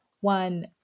one